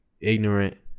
Ignorant